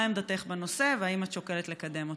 מה עמדתך בנושא, והאם את שוקלת לקדם אותו?